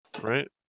right